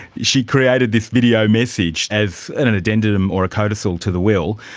she created this video message as an an addendum or a codicil to the will,